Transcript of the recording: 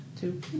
Two